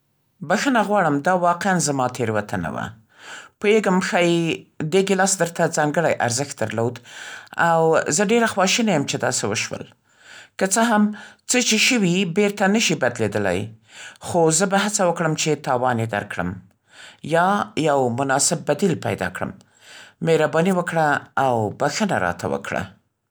بخښنه غواړم، دا واقعاً زما تېروتنه وه. پوهېږم ښايي دې ګېلاس درته ځانګړی ارزښت درلود، او زه ډېره خواشینې یم چې داسې وشول. که څه هم څه چې شوي بېرته نه شي بدلېدلی.خو زه به هڅه وکړم چې تاوان یې درکړم یا یو مناسب بدیل پیدا کړم. مهرباني وکړه او بخښنه راته وکړه!